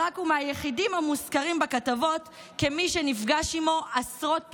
ברק הוא מהיחידים המוזכרים בכתבות כמי שנפגש עימו עשרות פעמים.